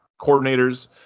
coordinators